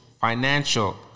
financial